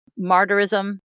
martyrism